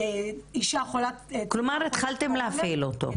אישה חולת קורונה --- כלומר התחלתם להפעיל אותו.